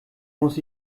muss